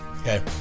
Okay